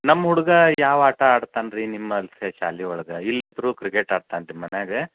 ನಮ್ಮ ಹುಡುಗ ಯಾವ ಆಟ ಆಡ್ತಾನೆ ರೀ ನಿಮ್ಮ ಅಲ್ಲಿ ಶಾಲೆ ಒಳಗೆ ಇಲ್ಲಿ ತ್ರೂ ಕ್ರಿಕೆಟ್ ಆಡ್ತಾನೆ ರೀ ಮನ್ಯಾಗೆ